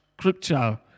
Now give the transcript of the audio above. scripture